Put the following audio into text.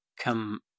come